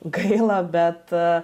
gaila bet